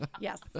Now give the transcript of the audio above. Yes